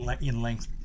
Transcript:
in-length